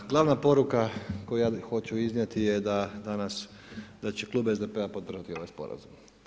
Glavna poruka koju ja hoću iznijeti je da danas da će Klub SDP-a podržati ovaj Sporazum.